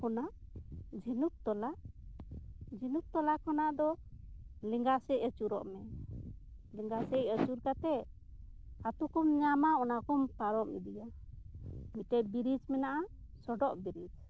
ᱠᱷᱚᱱᱟᱜ ᱡᱷᱤᱱᱩᱠ ᱛᱚᱞᱟ ᱡᱷᱤᱱᱩᱠ ᱛᱚᱞᱟ ᱠᱷᱚᱱᱟᱜ ᱫᱚ ᱞᱮᱸᱜᱟ ᱥᱮᱫ ᱟᱹᱪᱩᱨᱚᱜ ᱢᱮ ᱞᱮᱸᱜᱟ ᱥᱮᱫ ᱟᱹᱪᱩᱨ ᱠᱟᱛᱮᱫ ᱟᱛᱳᱠᱚᱢ ᱧᱟᱢᱟ ᱚᱱᱟ ᱠᱚᱢ ᱯᱟᱨᱚᱢ ᱤᱫᱤᱭᱟ ᱢᱤᱫᱴᱮᱱ ᱵᱨᱤᱡᱽ ᱢᱮᱱᱟᱜᱼᱟ ᱥᱚᱰᱚᱜ ᱵᱨᱤᱡᱽ